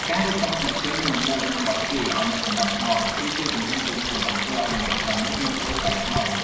ការរៀបចំស្បែកជើង និងមួកនៅមាត់ទ្វារឱ្យមានសណ្ដាប់ធ្នាប់ គឺជាជំហានតូចមួយដែលធ្វើឱ្យបន្ទប់ទាំងមូលមើលទៅថ្លៃថ្នូរ។